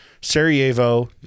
Sarajevo